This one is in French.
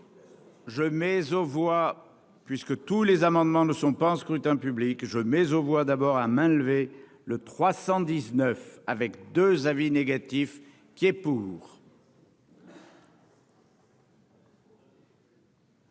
Je mais aux voix puisque tous les amendements ne sont pas en scrutin public je mais aux voit d'abord à main levée, le 319 avec 2 avis négatifs qui est pour.